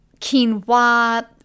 quinoa